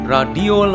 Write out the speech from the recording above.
Radio